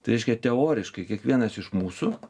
tai reiškia teoriškai kiekvienas iš mūsų